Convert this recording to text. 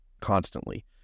constantly